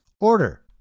order